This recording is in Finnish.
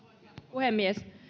puhemies